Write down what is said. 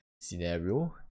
scenario